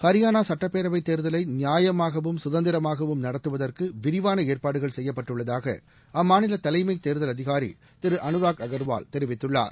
ஹரியானா சுட்டப்பேரவை தேர்தலை நியாயமாகவும் கதந்திரமாகவும் நடத்துவதற்கு விரிவான ஏற்பாடுகள் செப்யப்பட்டுள்ளதாக அம்மாநில தலைமை தேர்தல் அதிகாரி திரு அனுராக் அக்வால் தெரிவித்துள்ளார்